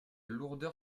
lourdeur